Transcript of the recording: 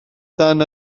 dan